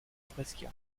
brescia